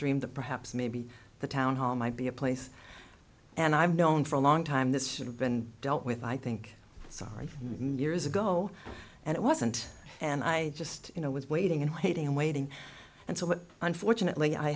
dreamed that perhaps maybe the town hall might be a place and i've known for a long time this should have been dealt with i think so years ago and it wasn't and i just you know was waiting and waiting and waiting and so what unfortunately i